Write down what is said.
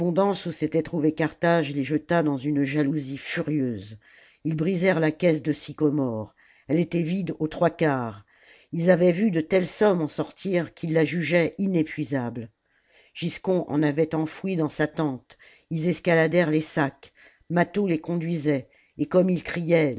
s'était trouvée carthage les jeta dans une jalousie furieuse ils brisèrent la caisse de sycomore elle était vide aux trois quarts ils avaient vu de telles sommes en sortir qu'ils la jugeaient inépuisable giscon en avait enfoui dans sa tente ils escaladèrent les sacs mâtho les conduisait et comme ils criaient